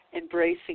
embracing